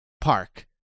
park